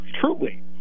truly